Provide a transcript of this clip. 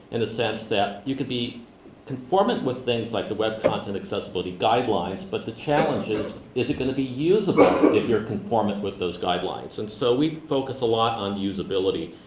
in a sense that you could be conformant with things like the web content accessibility guidelines, but the challenge is, is it going to be useable if you're conformant with those guidelines? and so we focus a lot on usability,